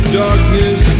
darkness